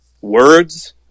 words